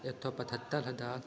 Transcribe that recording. एक सौ पचहत्तर हज़ा र